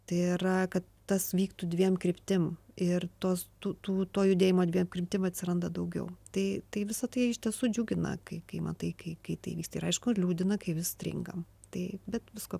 tai yra kad tas vyktų dviem kryptim ir tos tų tų to judėjimo dviem kryptim atsiranda daugiau tai tai visa tai iš tiesų džiugina kai kai matai kai kai tai vyksta ir aišku liūdina kai vis stringam tai bet visko